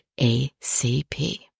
ACP